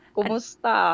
Kumusta